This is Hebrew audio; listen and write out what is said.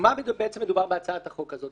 על מה מדובר בהצעת החוק הזאת?